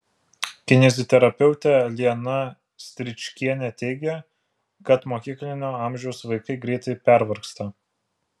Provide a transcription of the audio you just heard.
kineziterapeutė liana stričkienė teigia kad mokyklinio amžiaus vaikai greitai pervargsta